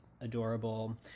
adorable